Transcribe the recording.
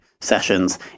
sessions